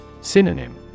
Synonym